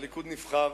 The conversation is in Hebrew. הליכוד נבחר,